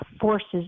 forces